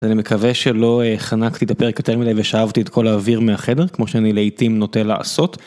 אני מקווה שלא חנקתי את הפרק יותר מידי ושאבתי את כל האוויר מהחדר כמו שאני לעיתים נוטה לעשות.